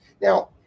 Now